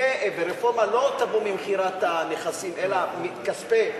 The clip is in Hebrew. ורפורמה לא תבוא ממכירת נכסים, אלא מכספי,